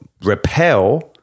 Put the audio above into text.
repel